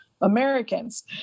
Americans